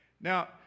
Now